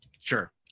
Sure